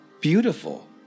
beautiful